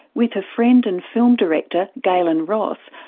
with her friend and film director gaylen ross,